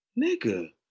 Nigga